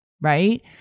right